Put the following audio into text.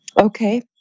Okay